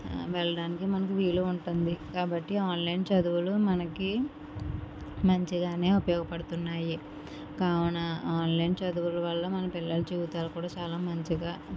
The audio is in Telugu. వెళ్ళడానికి మనకు వీలు ఉంటుంది కాబట్టి ఆన్లైన్ చదువులు మనకి మంచిగానే ఉపయోగపడుతున్నాయి కావున ఆన్లైన్ చదువులు వల్ల మన పిల్లల జీవితాలు కూడా మంచిగా